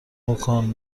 بکن